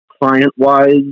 client-wise